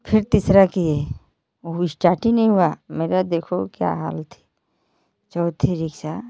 फिर तीसरा किए वो स्टार्ट ही नहीं हुआ मैं कहा देखो क्या हाल थी चौथे रिक्शा